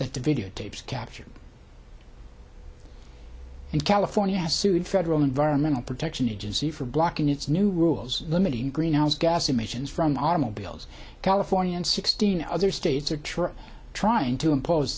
that the videotapes captured in california sued federal environmental protection agency for blocking its new rules limiting greenhouse gas emissions from automobiles california and sixteen other states are true or trying to impose